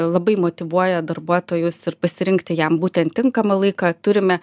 labai motyvuoja darbuotojus ir pasirinkti jam būtent tinkamą laiką turime